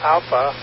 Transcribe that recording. Alpha